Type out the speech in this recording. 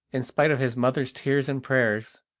in spite of his mother's tears and prayers,